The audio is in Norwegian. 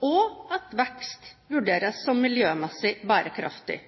og at vekst vurderes som miljømessig bærekraftig.